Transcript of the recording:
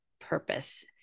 purpose